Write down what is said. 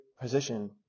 position